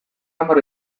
hamar